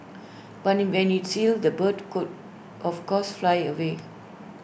but IT when IT heals the bird could of course fly away